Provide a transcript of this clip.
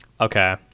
Okay